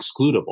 excludable